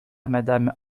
madame